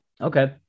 Okay